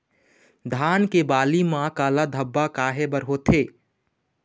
धान के बाली म काला धब्बा काहे बर होवथे?